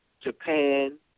Japan